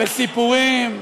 בסיפורים,